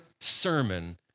sermon